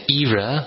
era